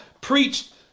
preached